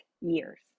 years